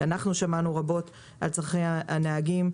ואנחנו שמענו רבות על צרכי הנהגים.